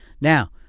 Now